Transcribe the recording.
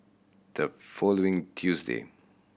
the following Tuesday